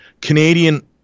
Canadian